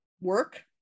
work